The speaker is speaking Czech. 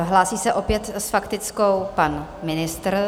Hlásí se opět s faktickou pan ministr.